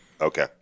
okay